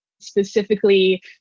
Specifically